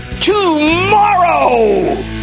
tomorrow